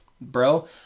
bro